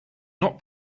not